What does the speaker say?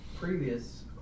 previous